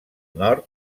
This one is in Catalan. nord